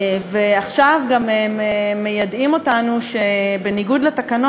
ועכשיו גם מיידעים אותנו שבניגוד לתקנון